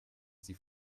sie